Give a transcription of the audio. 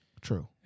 True